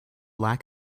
lack